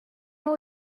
all